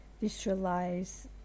visualize